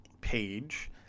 page